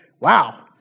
wow